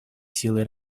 силой